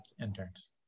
interns